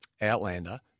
outlander